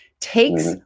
takes